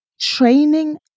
training